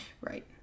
right